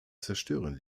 zerstören